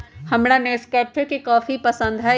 हमरा नेस्कैफे के कॉफी पसंद हई